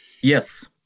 Yes